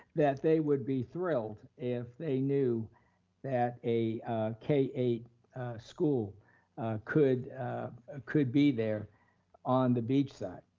that they would be thrilled if they knew that a k eight school could ah could be there on the beach side.